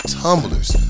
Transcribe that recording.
tumblers